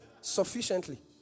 Sufficiently